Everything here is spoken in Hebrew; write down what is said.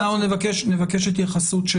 אנחנו נבקש התייחסות.